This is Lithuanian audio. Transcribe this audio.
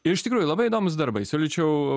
iš tikrųjų labai įdomūs darbai siūlyčiau